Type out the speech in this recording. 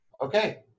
Okay